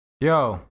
Yo